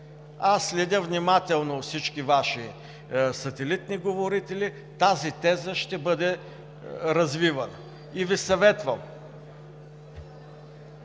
Аз следя внимателно всички Ваши сателитни говорители. Тази теза ще бъде развивана. И Ви съветвам,